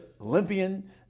Olympian